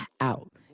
out